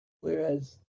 Whereas